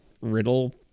riddle